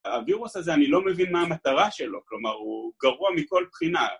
הווירוס הזה אני לא מבין מה המטרה שלו, כלומר הוא גרוע מכל בחינה